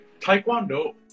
Taekwondo